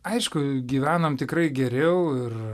aišku gyvenam tikrai geriau ir